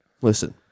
Listen